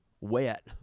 wet